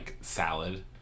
salad